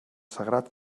sagrat